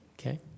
Okay